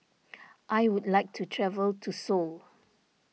I would like to travel to Seoul